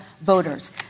voters